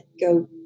go